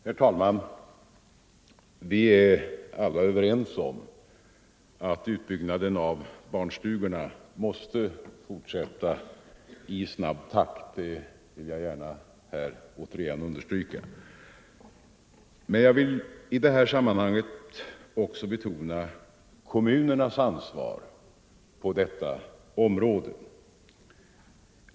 Herr talman! Vi är alla överens om att utbyggnaden av barnstugorna måste fortsätta i snabb takt. Det vill jag gärna återigen understryka. Men jag vill i detta sammanhang också betona kommunernas ansvar på detta område.